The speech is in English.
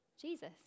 Jesus